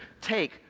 take